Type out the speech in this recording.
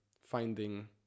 finding